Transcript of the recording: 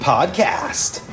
Podcast